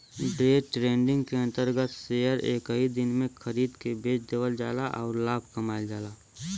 day trading के अंतर्गत share एक ही दिन में खरीद के बेच देवल जाला आउर लाभ कमायल जाला